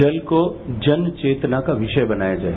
जल को जन चेतना का विषय बनाया जाए